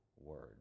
word